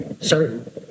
certain